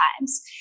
times